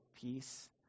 peace